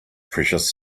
precious